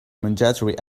mandatory